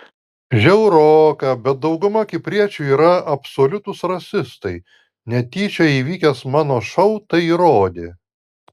žiauroka bet dauguma kipriečių yra absoliutūs rasistai netyčia įvykęs mano šou tai įrodė